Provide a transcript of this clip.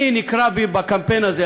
אני נקרא בקמפיין הזה,